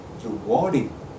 rewarding